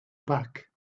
back